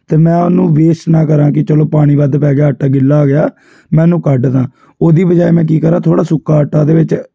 ਅਤੇ ਮੈਂ ਉਹਨੂੰ ਵੇਸਟ ਨਾ ਕਰਾਂ ਕਿ ਚਲੋ ਪਾਣੀ ਵੱਧ ਪੈ ਗਿਆ ਆਟਾ ਗਿੱਲਾ ਹੋ ਗਿਆ ਮੈਂ ਉਹਨੂੰ ਕੱਢ ਦਾ ਉਹਦੀ ਬਜਾਏ ਮੈਂ ਕੀ ਕਰਾਂ ਥੋੜ੍ਹਾ ਸੁੱਕਾ ਆਟਾ ਉਹਦੇ ਵਿੱਚ